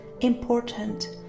important